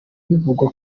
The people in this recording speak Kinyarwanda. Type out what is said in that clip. bivugwa